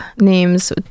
names